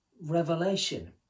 revelation